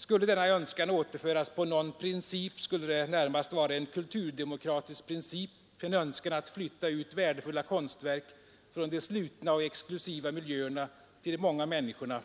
Skulle denna önskan återföras på någon princip skulle det närmast vara en kulturdemokratisk princip, en önskan att flytta ut värdefulla konstverk från de slutna och exklusiva miljöerna till de många människorna,